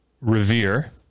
revere